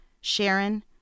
Sharon